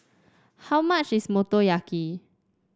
how much is Motoyaki